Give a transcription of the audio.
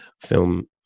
film